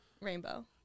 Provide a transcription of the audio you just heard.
rainbow